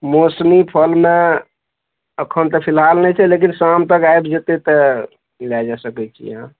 मौसमी फलमे एखन तऽ फिलहाल नहि छै लेकिन शाम तक आबि जेतय तऽ लए जा सकय छी अहाँ